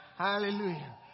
Hallelujah